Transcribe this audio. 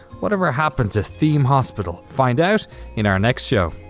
whatever happened to theme hospital? find out in our next show.